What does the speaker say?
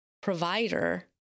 provider